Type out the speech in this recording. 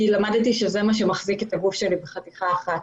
למדתי שזה מה שמחזיק את הגוף שלי בחתיכה אחת.